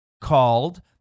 ...called